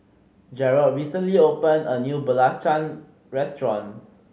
Gearld recently opened a new belacan restaurant